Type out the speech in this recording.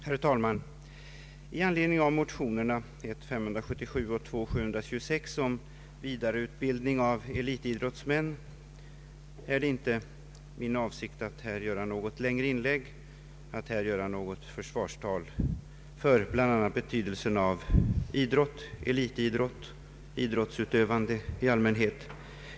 Herr talman! I anledning av motionerna 1:577 och II: 726 om vidareutbildning av elitidrottsmän är det inte min avsikt att här göra något längre inlägg eller hålla något försvarstal för betydelsen av elitidrott eller idrottsutövande i allmänhet.